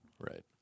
right